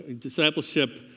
discipleship